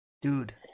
Dude